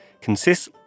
consists